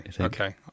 Okay